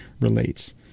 relates